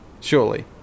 surely